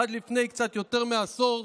עד לפני קצת יותר מעשור,